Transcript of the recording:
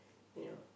ya